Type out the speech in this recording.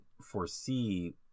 foresee